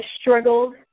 struggled